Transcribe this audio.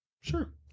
Sure